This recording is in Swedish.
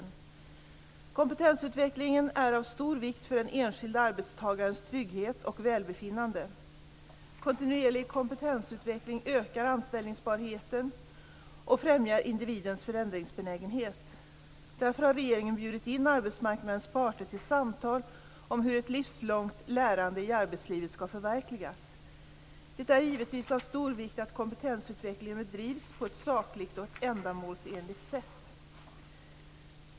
Kompetensutveckling är av stor vikt för den enskilde arbetstagarens trygghet och välbefinnande. Kontinuerlig kompetensutveckling ökar anställbarheten och främjar individens förändringsbenägenhet. Därför har regeringen bjudit in arbetsmarknadens parter till samtal om hur ett livslångt lärande i arbetslivet skall förverkligas. Det är givetvis av stor vikt att kompetensutvecklingen bedrivs på ett sakligt och ändamålsenligt sätt.